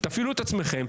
תפעילו את עצמכם,